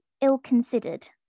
ill-considered